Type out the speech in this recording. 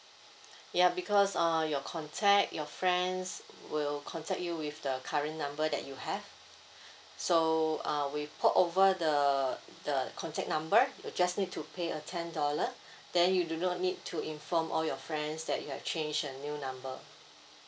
ya because uh your contact your friends will contact you with the current number that you have so uh we port over the the contact number you just need to pay a ten dollar then you do not need to inform all your friends that you have change a new number